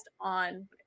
on